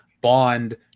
Bond